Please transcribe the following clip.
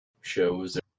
shows